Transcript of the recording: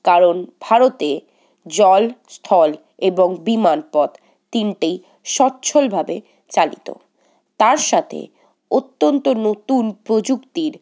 কারণ ভারতে জল স্থল এবং বিমানপথ তিনটেই সচ্ছলভাবে চালিত তার সাথে অত্যন্ত নতুন প্রযুক্তির